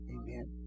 Amen